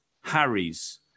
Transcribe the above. Harry's